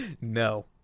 No